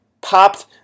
popped